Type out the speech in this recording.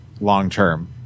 long-term